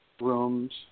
rooms